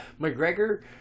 McGregor